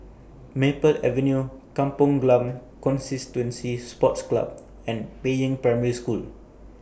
Maple Avenue Kampong Glam Constituency Sports Club and Peiying Primary School